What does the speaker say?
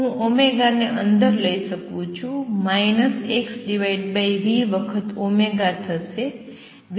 હું ને અંદર લઈ શકું છું x v વખત ω થશે